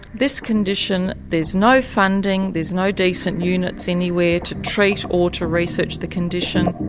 this condition there's no funding, there's no decent units anywhere to treat or to research the condition.